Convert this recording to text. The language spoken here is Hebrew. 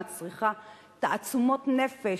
המצריכה תעצומות נפש,